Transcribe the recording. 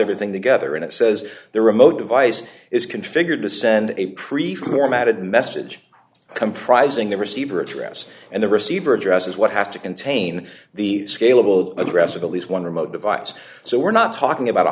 everything together and it says the remote device is configured to send a pre formatted message comprising the receiver address and the receiver addresses what has to contain the scalable aggressive at least one remote device so we're not talking about a